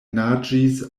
naĝis